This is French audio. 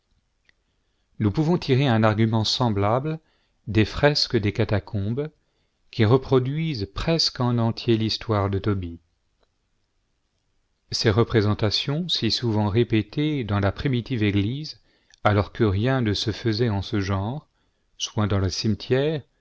nous pouvons tirer un argument semjdlable des fresques des catacombes qui reproduisent presque en entier l'histoire de tobie ces représentations si souvent répétées dans la primitive église alors que rien ne se faisait en ce genre soit dans les cimetières